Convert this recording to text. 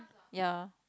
ya